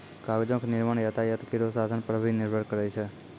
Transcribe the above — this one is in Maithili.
कागजो क निर्माण यातायात केरो साधन पर भी निर्भर करै छै